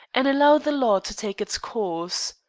and allow the law to take its course.